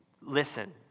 Listen